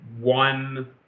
one